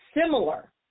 similar